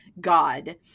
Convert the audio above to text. God